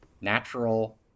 natural